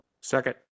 Second